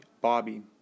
Bobby